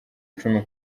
icumi